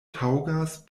taŭgas